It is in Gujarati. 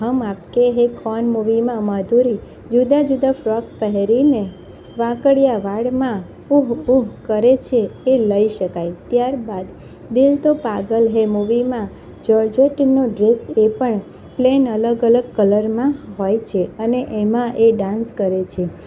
હમ આપકે હૈ કોન મૂવીમાં માધુરી જુદા જુદા ફ્રૉક પહેરીને વાંકડિયા વાળમાં ઉહ ઉહ કરે છે એ લઈ શકાય ત્યારબાદ દિલ તો પાગલ હૈ મૂવીમાં જ્યોર્જેટીનું ડ્રેસ એ પણ પ્લેન અલગ અલગ કલરમાં હોય છે અને એમાં એ ડાન્સ કરે છે